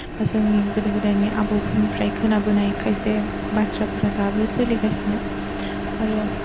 जोंनि गोदो गोदायनि आबौफोरनिफ्राय खोनाबोनाय खायसे बाथ्राफोरा दाबो सोलिगासिनो आरो